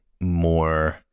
more